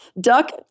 Duck